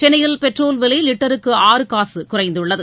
சென்னையில் பெட்ரோல் விலை லிட்டருக்கு ஆறு காசு குறைந்துள்ளது